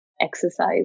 exercise